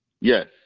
Yes